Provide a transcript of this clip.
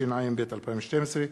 התשע"ב 2012,